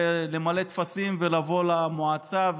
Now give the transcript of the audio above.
למלא טפסים ולבוא למועצה,